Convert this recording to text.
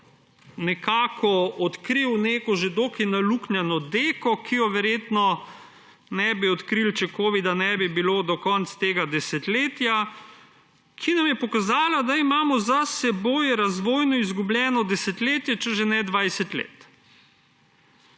odkril neko že dokaj naluknjano deko, ki je verjetno ne bi odkrili, če covida ne bi bilo, do konca tega desetletja, ki nam je pokazala, da imamo za seboj razvojno izgubljeno desetletje, če že ne 20 let.